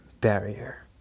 barrier